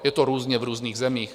Je to různě v různých zemích.